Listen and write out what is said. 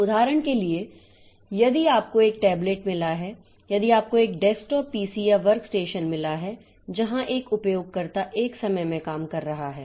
उदाहरण के लिए यदि आपको एक टैबलेट मिला है यदि आपको एक डेस्कटॉप पीसी या वर्कस्टेशन मिला है जहां एक उपयोगकर्ता एक समय में काम कर रहा है